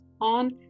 on